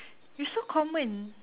you so common